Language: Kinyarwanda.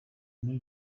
muri